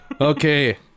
Okay